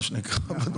מה שנקרא.